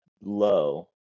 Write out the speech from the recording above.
low